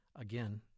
Again